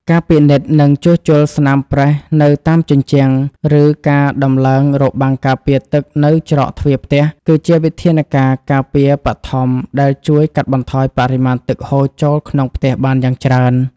ការពិនិត្យ និងជួសជុលស្នាមប្រេះនៅតាមជញ្ជាំង ឬការដំឡើងរបាំងការពារទឹកនៅច្រកទ្វារផ្ទះ គឺជាវិធានការការពារបឋមដែលជួយកាត់បន្ថយបរិមាណទឹកហូរចូលក្នុងផ្ទះបានយ៉ាងច្រើន។